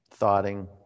thoughting